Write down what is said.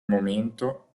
momento